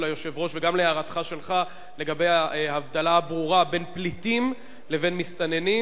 היושב-ראש וגם להערתך שלך לגבי ההבדלה הברורה בין פליטים לבין מסתננים.